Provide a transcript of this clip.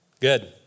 Good